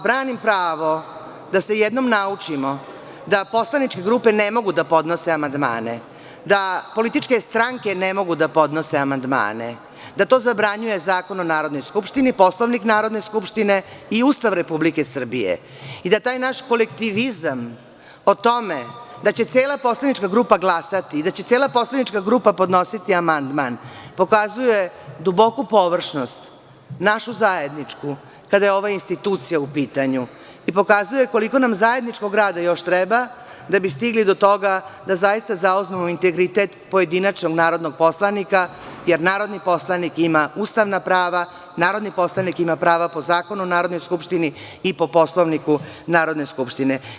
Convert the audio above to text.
Branim pravo da se jednom naučimo da poslaničke grupe ne mogu da podnose amandmane, da političke stranke ne mogu da podnose amandmane, da to zabranjuje Zakon o Narodnoj skupštini, Poslovnik Narodne skupštine i Ustav Republike Srbije i da taj naš kolektivizam o tome da će cela poslanička grupa glasati i da će cela poslanička grupa podnositi amandman pokazuje duboku površnost, našu zajedničku, kada je ova institucija u pitanju i pokazuje koliko nam zajedničkog rada još treba da bi stigli do toga da zaista zauzmemo integritet pojedinačnog narodnog poslanika, jer narodni poslanik ima ustavna prava, narodni poslanik ima prava po Zakonu o Narodnoj skupštini i po Poslovniku Narodne skupštine.